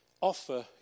offer